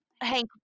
Hank